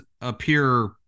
appear